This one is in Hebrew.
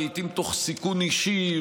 לעיתים תוך סיכון אישי,